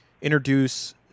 introduce